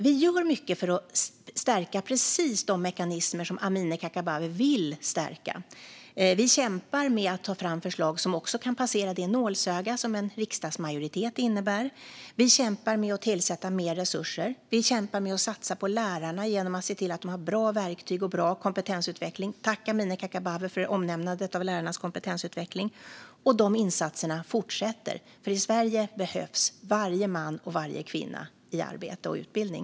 Vi gör mycket för att stärka precis de mekanismer som Amineh Kakabaveh vill stärka. Vi kämpar med att ta fram förslag som också kan passera det nålsöga som en riksdagsmajoritet innebär. Vi kämpar med att tillsätta mer resurser. Vi kämpar med att satsa på lärarna genom att se till att de har bra verktyg och bra kompetensutveckling. Tack, Amineh Kakabaveh, för omnämnandet av lärarnas kompetensutveckling! De här insatserna fortsätter, för i Sverige behövs varje man och varje kvinna i arbete och i utbildning.